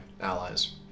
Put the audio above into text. allies